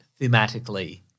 thematically